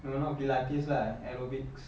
no not pilates lah aerobics